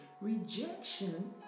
Rejection